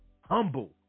humble